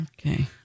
Okay